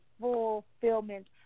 fulfillment